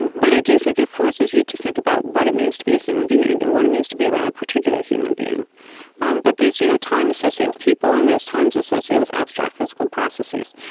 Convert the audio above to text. but i do think it forces you to think about what it means to be a human being and what it means to be about a particular human being um but there's you know time associated with people, and there's times associated with abstract physical processes.